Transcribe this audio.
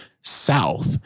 south